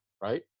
right